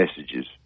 messages